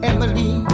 Emily